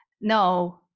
no